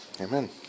Amen